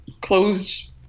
closed